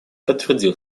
подтвердил